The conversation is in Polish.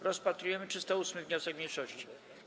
Rozpatrujemy 308. wniosek mniejszości.